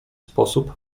sposób